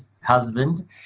husband